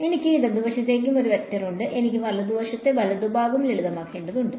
അതിനാൽ എനിക്ക് ഇടതുവശത്തും ഒരു വെക്റ്റർ ഉണ്ട് എനിക്ക് വലതുവശത്തെ വലതുഭാഗം ലളിതമാക്കേണ്ടതുണ്ട്